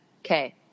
Okay